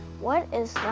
what is